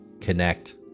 connect